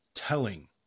Telling